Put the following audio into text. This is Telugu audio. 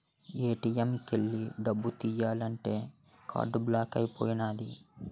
ఏ.టి.ఎం కు ఎల్లి డబ్బు తియ్యాలంతే కార్డు బ్లాక్ అయిపోనాది